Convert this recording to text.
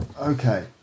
okay